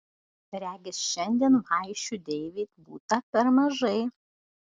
regis šiandien vaišių deivei būta per mažai